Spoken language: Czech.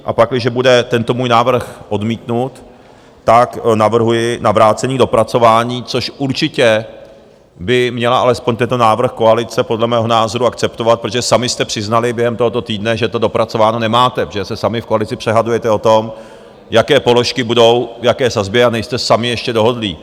A pakliže bude tento můj návrh odmítnut, tak navrhuji navrácení k dopracování, což určitě by měla alespoň tento návrh koalice podle mého názoru akceptovat, protože sami jste přiznali během tohoto týdne, že to dopracováno nemáte, protože se sami v koalici přehadujete o tom, jaké položky budou v jaké sazbě a nejste sami ještě dohodnutí.